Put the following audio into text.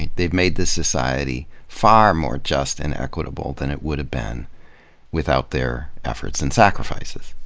and they've made this society far more just and equitable than it would have been without their efforts and sacrifices.